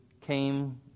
came